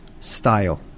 style